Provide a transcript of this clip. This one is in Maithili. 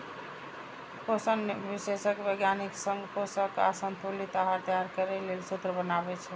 पोषण विशेषज्ञ वैज्ञानिक संग पोषक आ संतुलित आहार तैयार करै लेल सूत्र बनाबै छै